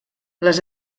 les